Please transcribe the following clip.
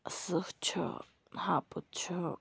سہہ چھِ ہاپُت چھُ